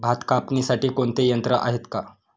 भात कापणीसाठी कोणते यंत्र आहेत का?